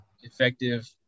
effective